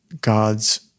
God's